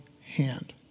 hand